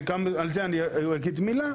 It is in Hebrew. וגם על זה אני אגיד מילה,